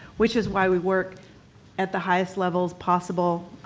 which is why we work at the highest levels possible,